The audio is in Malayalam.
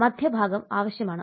മധ്യഭാഗം ആവശ്യമാണ്